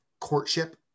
courtship